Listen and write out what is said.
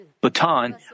baton